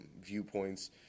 viewpoints